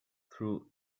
through